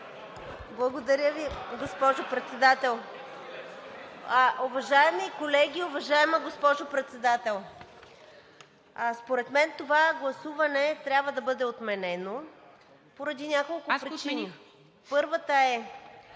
Благодаря Ви, госпожо Председател. Уважаеми колеги, уважаема госпожо Председател! Според мен това гласуване трябва да бъде отменено поради няколко причини. ПРЕДСЕДАТЕЛ